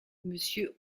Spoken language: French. monsieur